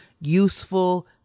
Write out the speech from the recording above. useful